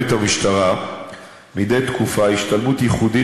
המשטרה מקיימת מדי תקופה השתלמות ייחודית